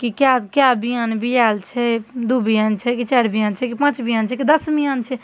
कि कए कए बियान बियाएल छै दू बियान छै कि चारि बियान छै कि पाँच बियान छै कि दस बियान छै